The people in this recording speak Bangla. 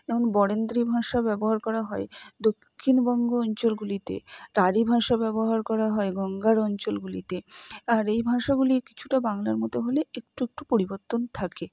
এবং বরেন্দ্রী ভাষা ব্যবহার করা হয় দক্ষিণবঙ্গ অঞ্চলগুলিতে রাঢ়ী ভাষা ব্যবহার করা গঙ্গার অঞ্চলগুলিতে আর এই ভাষাগুলি কিছুটা বাংলার মতো হলে একটু একটু পরিবর্তন থাকে